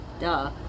duh